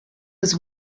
was